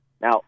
Now